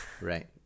Right